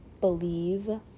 believe